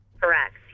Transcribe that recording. Correct